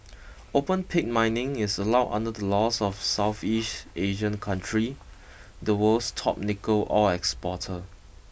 open pit mining is allowed under the laws of Southeast Asian country the world's top nickel ore exporter